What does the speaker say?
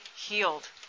healed